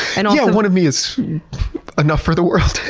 and um yeah, one of me is enough for the world.